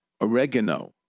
Oregano